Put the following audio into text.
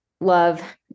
love